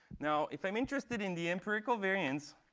now, if i'm interested in the empirical variance